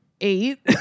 eight